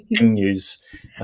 news